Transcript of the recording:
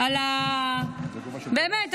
באמת,